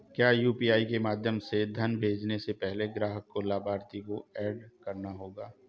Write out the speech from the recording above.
क्या यू.पी.आई के माध्यम से धन भेजने से पहले ग्राहक को लाभार्थी को एड करना होगा?